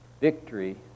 victory